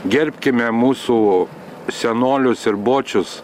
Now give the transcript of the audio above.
gerbkime mūsų senolius ir bočius